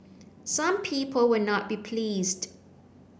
some people will not be pleased